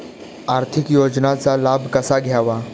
आर्थिक योजनांचा लाभ कसा घ्यावा?